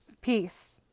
Peace